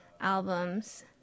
albums